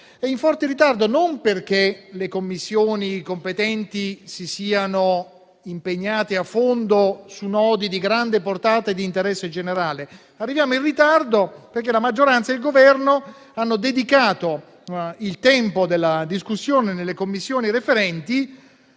in forte ritardo e non perché le Commissioni competenti si siano impegnate a fondo su nodi di grande portata e di interesse generale, ma perché la maggioranza ed il Governo hanno impiegato il tempo della discussione nelle Commissioni referenti